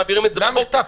למה מחטף?